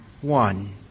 One